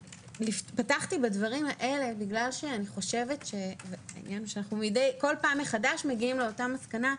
פתחתי בדברים האלה כי אני חושבת שכל פעם מחדש אנו מגיעים לאותה מסקנה,